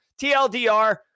TLDR